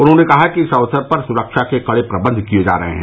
उन्होंने कहा कि इस अवसर पर सुरक्षा के कड़े प्रबंध किये जा रहे हैं